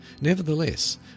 Nevertheless